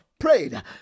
prayed